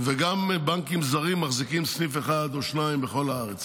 וגם בנקים זרים מחזיקים סניף אחד או שניים בכל הארץ.